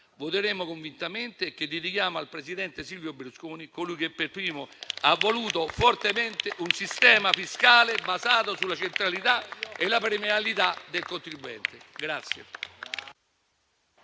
voteremo convintamente e che dedichiamo al presidente Silvio Berlusconi, colui che per primo ha voluto fortemente un sistema fiscale basato sulla centralità e la premialità del contribuente.